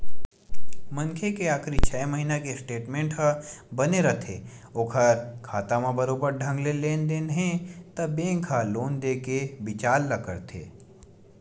मनखे के आखरी छै महिना के स्टेटमेंट ह बने रथे ओखर खाता म बरोबर ढंग ले लेन देन हे त बेंक ह लोन देय के बिचार ल करथे